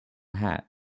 hat